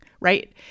right